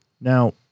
Now